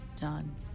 done